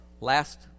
Last